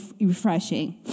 refreshing